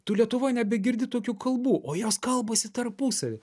tu lietuvoj nebegirdi tokių kalbų o jos kalbasi tarpusavy